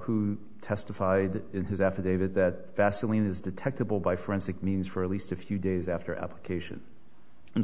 who testified in his affidavit that vaseline is detectable by forensic means for at least a few days after application and